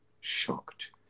shocked